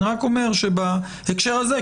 אני רק אומר שבהקשר הזה,